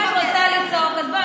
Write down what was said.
אם את רוצה לצעוק אז בואי,